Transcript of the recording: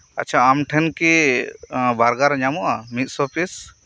ᱟᱪᱪᱷᱟ ᱟᱢᱴᱷᱮᱱ ᱠᱤ ᱵᱟᱨᱜᱟᱨ ᱧᱟᱢᱚᱜᱼᱟ ᱢᱤᱫᱽᱥᱚ ᱯᱤᱥ